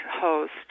host